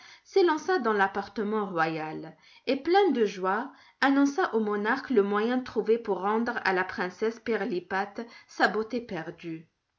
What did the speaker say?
s'élança dans l'appartement royal et plein de joie annonça au monarque le moyen trouvé pour rendre à la princesse pirlipat sa beauté perdue